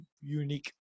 unique